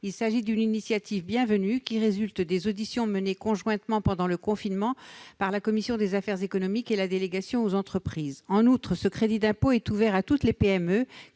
Il s'agit d'une initiative bienvenue, qui résulte des auditions menées conjointement pendant le confinement par la commission des affaires économiques et la délégation aux entreprises. En outre, ce crédit d'impôt est ouvert à toutes les PME,